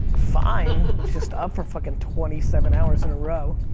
fine, it's just up for fucking twenty seven hours in a row.